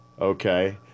okay